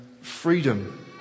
freedom